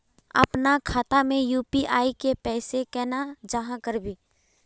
अपना खाता में यू.पी.आई के पैसा केना जाहा करबे?